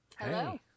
Hello